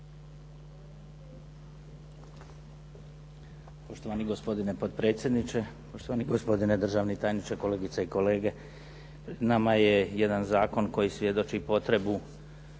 Poštovani gospodine potpredsjedniče, poštovani gospodine državni tajniče, kolegice i kolege. Pred nama je jedan zakon koji svjedoči potrebu